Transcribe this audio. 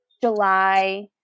July